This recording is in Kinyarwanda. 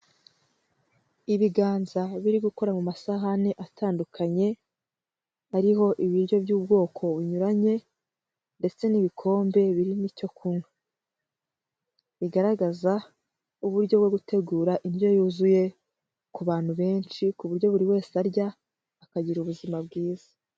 Ibiganza biri gukora mu masahani atandukanye, ariho ibiryo by'ubwoko bunyuranye, ndetse n'ibikombe birimo icyo kunywa, bigaragaza uburyo bwo gutegura indyo yuzuye ku bantu benshi, ku buryo buri wese arya, akagira ubuzima bwiza.